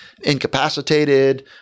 incapacitated